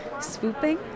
swooping